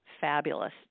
fabulous